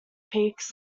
peaks